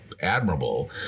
admirable